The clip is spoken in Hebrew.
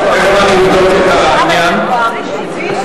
שיעור ניכוי ממי שהגיע לגיל פרישה ומקבל קצבה מכוח דיני חוץ),